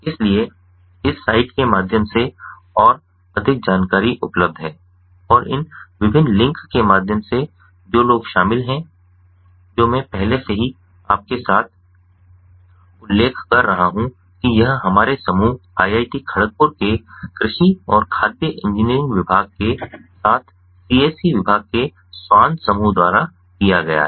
इसलिए इस साइट के माध्यम से और अधिक जानकारी उपलब्ध है और इन विभिन्न लिंक के माध्यम से जो लोग शामिल हैं जो मैं पहले से ही आपके साथ उल्लेख कर रहा हूं कि यह हमारे समूह IIT खड़गपुर के कृषि और खाद्य इंजीनियरिंग विभाग के साथ सीएसई विभाग के स्वान समूह द्वारा किया गया है